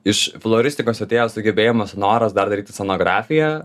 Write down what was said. iš floristikos atėjo sugebėjimas noras dar daryti scenografiją